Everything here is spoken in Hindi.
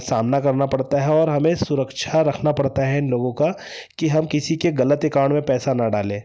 सामना करना पड़ता है और हमें सुरक्षा रखना पड़ता है लोगों का कि हम किसी के गलत अकाउंट में पैसा न डालें